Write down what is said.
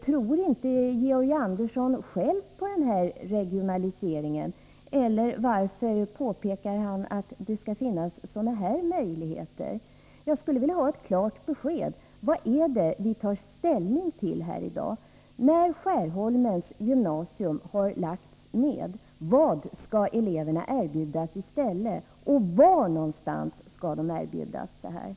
Tror inte Georg Andersson själv på regionaliseringen, = Å tgärder för elever eller varför påpekar han att det skall finnas sådana här möjligheter? Jag med handikapp i skulle vilja ha ett klart besked: Vad är det vi tar ställning till här i dag? När — 4etallmänna skol